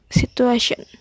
situation